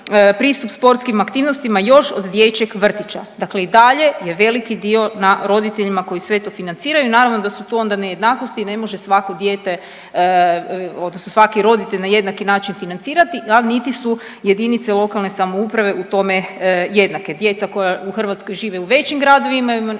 pristup sportskim aktivnostima još od dječjeg vrtića, dakle i dalje je veliki dio na roditeljima koji sve to financiraju i naravno da su tu onda nejednakosti i ne može svako dijete odnosno svaki roditelj na jednaki način financirati, a niti su jedinice lokalne samouprave u tome jednake. Djeca koja u Hrvatskoj žive u većim gradovima, ima naravno